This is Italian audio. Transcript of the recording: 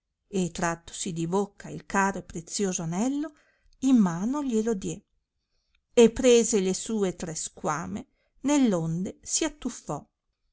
e trattosi di bocca il caro e prezioso anello in mano glie lo die e prese le sue tre squamme nell onde s attuffò